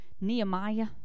Nehemiah